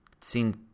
seem